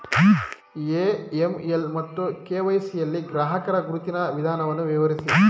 AML ಮತ್ತು KYC ಯಲ್ಲಿ ಗ್ರಾಹಕರ ಗುರುತಿನ ವಿಧಾನವನ್ನು ವಿವರಿಸಿ?